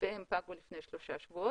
והן פגו לפני שלושה שבועות.